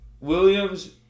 Williams